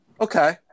Okay